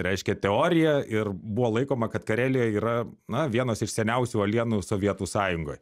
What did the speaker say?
reiškia teorija ir buvo laikoma kad karelijoj yra na vienos iš seniausių uolienų sovietų sąjungoj